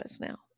now